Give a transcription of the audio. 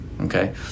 okay